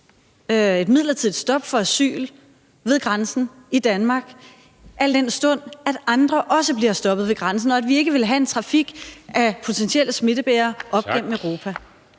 et midlertidigt stop for asyl ved grænsen i Danmark, al den stund at andre også bliver stoppet ved grænsen, og at vi ikke vil have en trafik af potentielle smittebærere op gennem Europa.